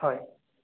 হয়